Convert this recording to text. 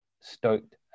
stoked